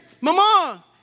Mama